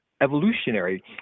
evolutionary